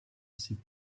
ses